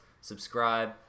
subscribe